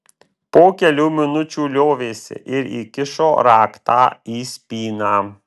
po kelių minučių liovėsi ir įkišo raktą į spyną